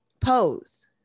Pose